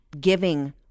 giving